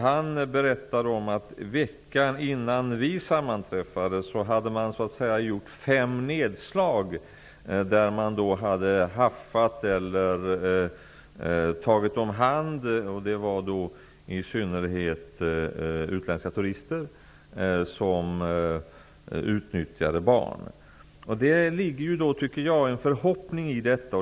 Han berättade att man veckan innan vi sammanträffade hade gjort fem nedslag där man hade haffat eller tagit om hand i synnerhet utländska turister som utnyttjat barn. Det ligger en förhoppning i detta.